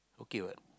okay what